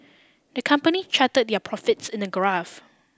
the company charted their profits in a graph